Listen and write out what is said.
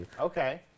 Okay